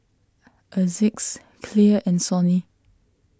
Asics Clear and Sony